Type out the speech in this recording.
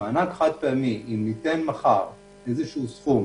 במענק חד-פעמי אם ניתן מחר איזה שהוא סכום,